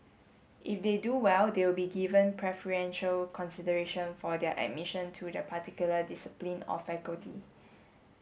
if they do well they will be given preferential consideration for their admission to the particular discipline or faculty